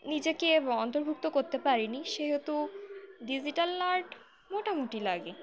নিজেকে অন্তর্ভুক্ত করতে পারিনি সেহেতু ডিজিটাল আর্ট মোটামুটি লাগে